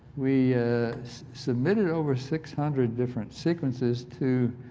we submitted over six hundred different sequences to